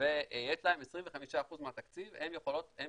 יש להם 25% מהתקציב שהם